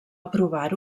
aprovar